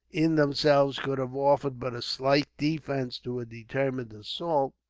in themselves, could have offered but a slight defence to a determined assault,